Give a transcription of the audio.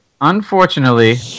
Unfortunately